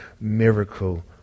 miracle